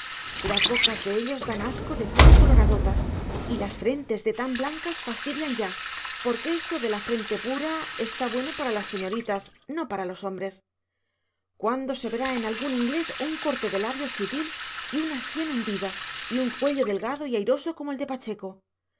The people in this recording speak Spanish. las bocas de ellos dan asco de puro coloradotas y las frentes de tan blancas fastidian ya porque eso de la frente pura está bueno para las señoritas no para los hombres cuándo se verá en ningún inglés un corte de labios sutil y una sien hundida y un cuello delgado y airoso como el de pacheco